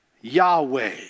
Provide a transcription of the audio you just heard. Yahweh